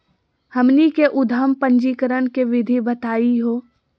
हमनी के उद्यम पंजीकरण के विधि बताही हो?